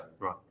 Right